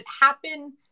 happen